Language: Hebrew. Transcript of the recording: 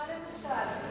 מה למשל?